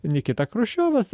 nikita chruščiovas